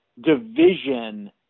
division